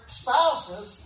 spouses